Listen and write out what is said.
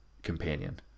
companion